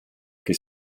che